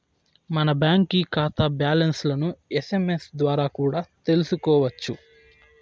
మన బాంకీ కాతా బ్యాలన్స్లను ఎస్.ఎమ్.ఎస్ ద్వారా కూడా తెల్సుకోవచ్చు